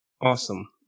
awesome